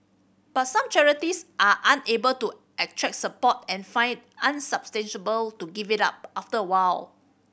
but some charities are unable to attract support and find unsustainable to give it up after a while